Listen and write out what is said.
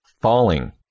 Falling